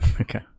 Okay